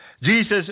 Jesus